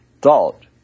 thought